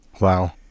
Wow